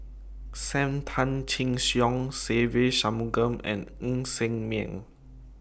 SAM Tan Chin Siong Se Ve Shanmugam and Ng Ser Miang